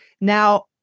Now